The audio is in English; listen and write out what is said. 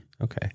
Okay